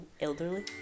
elderly